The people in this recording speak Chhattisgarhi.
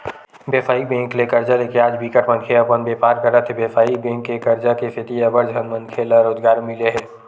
बेवसायिक बेंक ले करजा लेके आज बिकट मनखे ह अपन बेपार करत हे बेवसायिक बेंक के करजा के सेती अड़बड़ झन मनखे ल रोजगार मिले हे